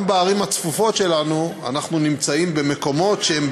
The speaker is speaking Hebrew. גם בערים הצפופות שלנו אנחנו נמצאים במקומות שהם,